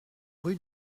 rue